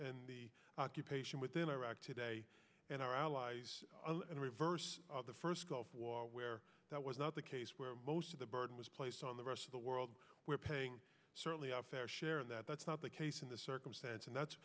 and the occupation within iraq today and our allies in reverse the first gulf war where that was not the case where most of the burden was placed on the rest of the world we're paying certainly our fair share and that that's not the case in this circumstance and that's